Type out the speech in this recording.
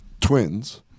twins